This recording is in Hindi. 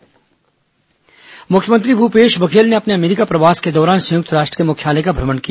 मुख्यमंत्री अमेरिका मुख्यमंत्री भूपेश बघेल ने अपने अमेरिका प्रवास के दौरान संयुक्त राष्ट्र के मुख्यालय का भ्रमण किया